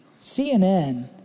CNN